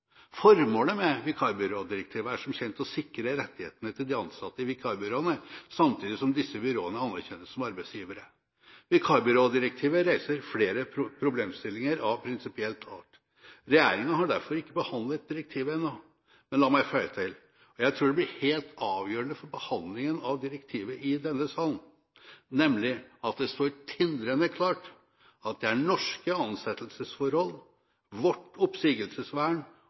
Formålet med vikarbyrådirektivet er som kjent å sikre rettighetene til de ansatte i vikarbyråene, samtidig som disse byråene anerkjennes som arbeidsgivere. Vikarbyrådirektivet reiser flere problemstillinger av prinsipiell art. Regjeringen har derfor ikke behandlet direktivet ennå. Men la meg føye til: Jeg tror det blir helt avgjørende for behandlingen av direktivet i denne sal, nemlig at det står tindrende klart at det er norske ansettelsesforhold, vårt oppsigelsesvern